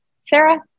Sarah